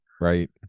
right